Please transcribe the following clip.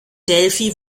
delphi